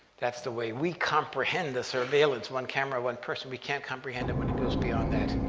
that's the way we comprehend the surveillance one camera, one person. we can't comprehend it when it goes beyond that